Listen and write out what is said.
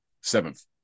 Seventh